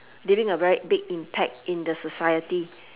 leaving a very big impact in the society